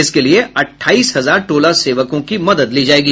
इसके लिये अठाईस हजार टोला सेवकों की मदद ली जायेगी